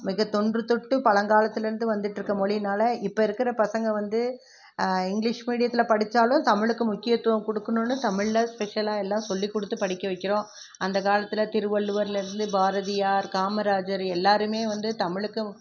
மிக தொன்று தொட்டு பழங்காலத்துலேருந்து வந்துகிட்டு இருக்க மொழியினால் இப்போ இருக்கிற பசங்கள் வந்து இங்கிலீஷ் மீடியத்தில் படித்தாலும் தமிழுக்கு முக்கியத்துவம் கொடுக்குணுன்னு தமிழில் ஸ்பெஷலாக எல்லாம் சொல்லி கொடுத்து படிக்க வைக்கிறோம் அந்த காலத்தில் திருவள்ளுவர்லேருந்து பாரதியார் காமராஜர் எல்லாேருமே வந்து தமிழுக்கு